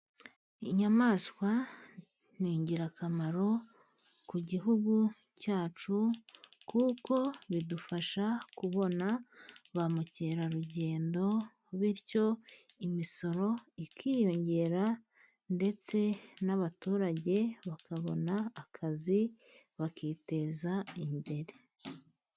Inyamaswa ni ingirakamaro ku gihugu cyacu, kuko bidufasha kubona ba mukerarugendo, bityo imisoro ikiyongera, ndetse n'abaturage bakabona akazi bakiteza imbere.